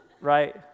right